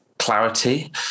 Clarity